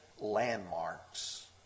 landmarks